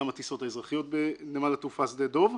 גם הטיסות האזרחיות בנמל התעופה שדה דב.